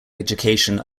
education